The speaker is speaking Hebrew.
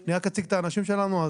אני רק אציג את האנשים שלנו.